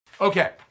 Okay